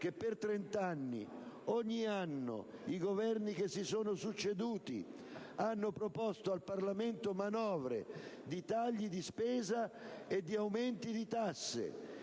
che per trent'anni, ogni anno, i Governi che si sono succeduti hanno proposto al Parlamento manovre di tagli di spesa e di aumenti di tasse.